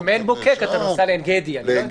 מעין בוקק אתה נוסע לעין גדי למשל.